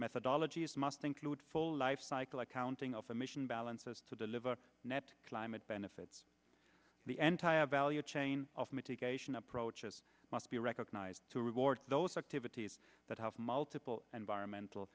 methodologies must include full lifecycle accounting of emission balances to deliver climate benefits the anti a value chain of mitigation approaches must be recognized to reward those activities that have multiple environmental